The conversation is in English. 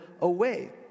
away